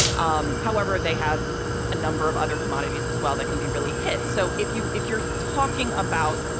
um however, they have a number of other commodities as well that can be really hit. so if you if you're talking about,